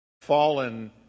fallen